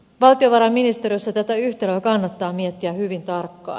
valtiovarainministeriössä tätä yhtälöä kannattaa miettiä hyvin tarkkaan